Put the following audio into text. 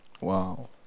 Wow